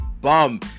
Bum